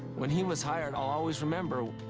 when he was hired, i'll always remember,